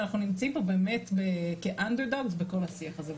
ואנחנו נמצאים פה באמת כ- underdogsבכל השיח הזה,